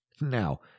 Now